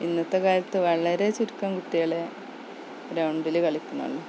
ഇന്നത്തെ കാലത്ത് വളരെ ചുരുക്കം കുട്ടികൾ ഗ്രൗണ്ടിൽ കളിക്കുന്നുള്ളു